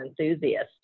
enthusiast